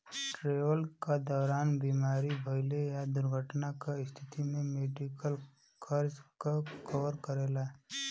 travel क दौरान बीमार भइले या दुर्घटना क स्थिति में मेडिकल खर्च क कवर करेला